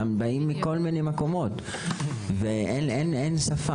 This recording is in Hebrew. גם באים מכל מיני מקומות ואין שפה.